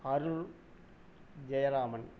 Arul Jayaraman